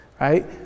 Right